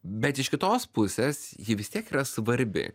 bet iš kitos pusės ji vis tiek yra svarbi